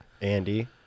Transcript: Andy